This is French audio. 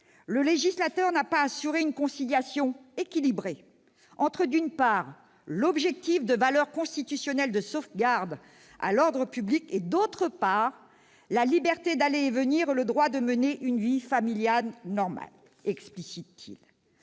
le législateur n'a pas assuré une conciliation équilibrée entre, d'une part, l'objectif de valeur constitutionnelle de sauvegarde à l'ordre public et, d'autre part, la liberté d'aller et venir et le droit de mener une vie familiale normale ».